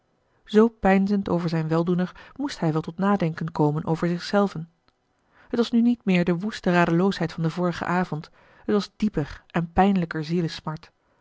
zoo peinzend over zijn weldoener moest hij wel tot nadenken komen over zich zelven het was nu niet meer de woeste radeloosheid van den vorigen avond het was dieper en